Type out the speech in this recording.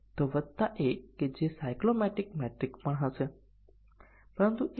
તેથી જો તમે B સાચું અને A ખોટું સેટ કરો છો તો પરિણામ સાચું આવશે